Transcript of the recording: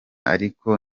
ariko